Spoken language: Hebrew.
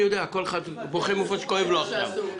אני יודע, כל אחד בוכה איפה שכואב לו עכשיו.